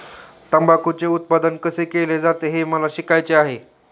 तंबाखूचे उत्पादन कसे केले जाते हे मला शिकायचे आहे